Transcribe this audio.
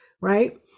right